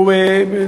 כן, כן.